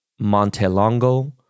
Montelongo